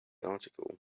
article